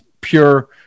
pure